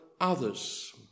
others